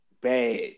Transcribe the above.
bad